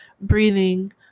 breathing